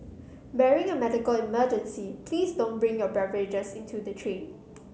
barring a medical emergency please don't bring your beverages into the train